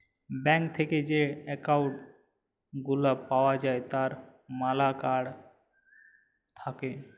bank থেক্যে যে account গুলা পাওয়া যায় তার ম্যালা কার্ড থাক্যে